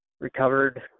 recovered